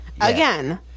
Again